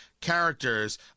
characters